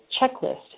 checklist